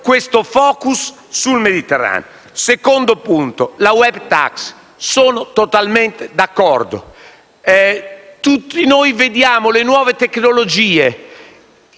il *focus* sul Mediterraneo. Secondo punto: la *web tax*. Sono totalmente d'accordo. Tutti noi vediamo le nuove tecnologie